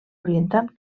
orientat